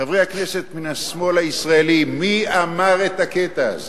חברי הכנסת מן השמאל הישראלי, מי אמר את הקטע הזה?